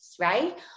right